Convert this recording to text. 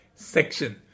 section